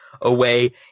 away